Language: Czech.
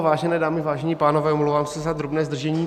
Vážené dámy, vážení pánové, omlouvám se za drobné zdržení.